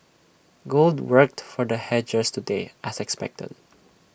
gold worked for the hedgers today as expected